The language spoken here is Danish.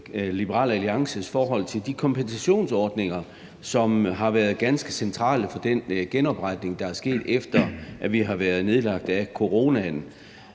Liberal Alliances forhold til de kompensationsordninger, som har været ganske centrale for den genopretning, der er sket, efter at vi blev nedlagt af coronaen.